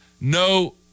no